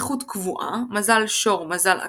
איכות קבועה - מזל שור, מזל עקרב,